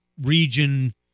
region